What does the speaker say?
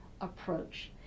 approach